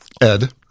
ed